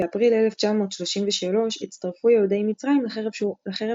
באפריל 1933 הצטרפו יהודי מצרים לחרם